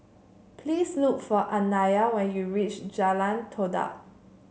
please look for Anaya when you reach Jalan Todak